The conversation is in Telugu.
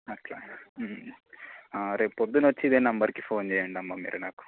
అట్లా రేపు పొద్దున వచ్చి ఇదే నంబర్కి ఫోన్ చేయండమ్మా మీరు నాకు